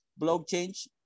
blockchain